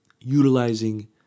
utilizing